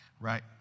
right